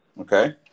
Okay